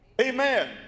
Amen